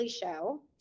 show